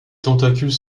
tentacules